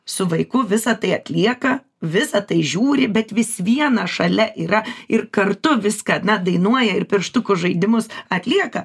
su vaiku visa tai atlieka visą tai žiūri bet vis vieną šalia yra ir kartu viską na dainuoja ir pirštukų žaidimus atlieka